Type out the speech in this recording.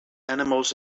animals